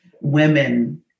women